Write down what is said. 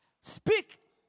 Speak